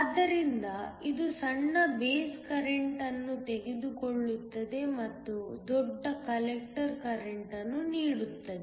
ಆದ್ದರಿಂದ ಇದು ಸಣ್ಣ ಬೇಸ್ ಕರೆಂಟ್ ಅನ್ನು ತೆಗೆದುಕೊಳ್ಳುತ್ತದೆ ಮತ್ತು ದೊಡ್ಡ ಕಲೆಕ್ಟರ್ ಕರೆಂಟ್ ಅನ್ನು ನೀಡುತ್ತದೆ